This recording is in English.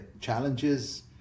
challenges